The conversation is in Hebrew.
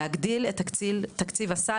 להגדיל את תקציב הסל,